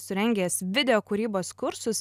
surengęs video kūrybos kursus